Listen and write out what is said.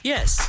Yes